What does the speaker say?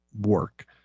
work